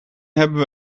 hebben